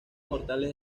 mortales